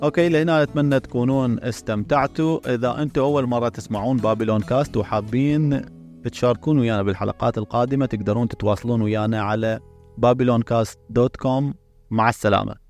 okay لهنا اتمنى تكونون استمتعتوا. اذا انتوا اول مرة تسمعون BabylonCast وحابين تشاركون ويانا بالحلقات القادمة، تقدرون تتواصلون ويانا على babyloncast.com مع السلامة.